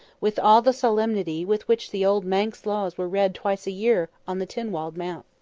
with all the solemnity with which the old manx laws were read once a year on the tinwald mount.